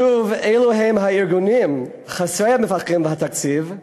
שוב הארגונים חסרי המפקחים והתקציב,